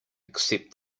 except